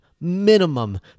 minimum